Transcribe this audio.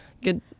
good